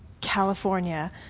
California